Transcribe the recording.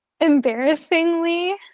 Embarrassingly